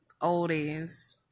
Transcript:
oldies